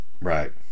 Right